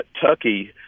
Kentucky